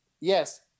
yes